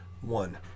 one